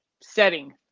setting